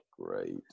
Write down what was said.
Great